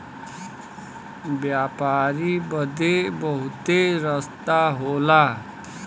व्यापारी बदे बहुते रस्ता होला